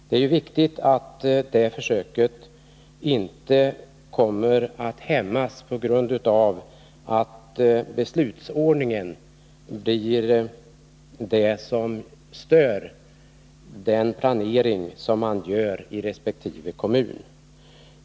Det är ju viktigt att detta försök inte kommer att hämmas på grund av att beslutsordningen stör den planering man gör i resp. kommun.